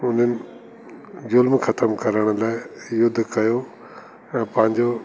उन्हनि ज़ुल्म ख़तमु करण लाइ युद्ध कयो ऐं पंहिंजो